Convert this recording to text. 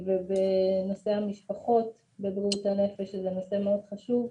ובנושא המשפחות בבריאות הנפש שזה נושא מאוד חשוב,